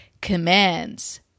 commands